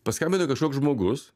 paskambino kažkoks žmogus